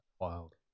Wild